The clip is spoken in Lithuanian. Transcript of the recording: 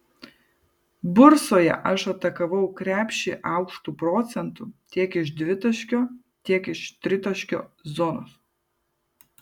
bursoje aš atakavau krepšį aukštu procentu tiek iš dvitaškio tiek iš tritaškio zonos